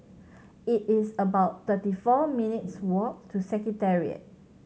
it is about thirty four minutes' walk to Secretariat